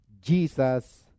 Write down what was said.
Jesus